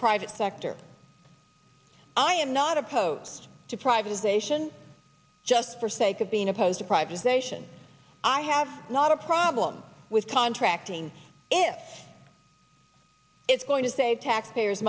private sector i am not opposed to privatization just for sake of being opposed to privatization i have not a problem with contracting it if it's going to save taxpayers